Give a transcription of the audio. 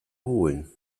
holen